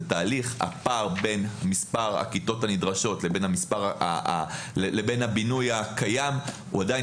הפער בין מספר הכיתות הנדרשות לבין הבינוי הקיים הוא עדיין